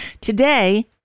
Today